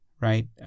right